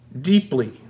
deeply